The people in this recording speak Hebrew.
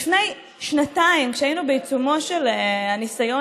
לפני שנתיים היינו בעיצומו של הניסיון